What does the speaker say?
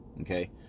okay